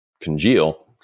congeal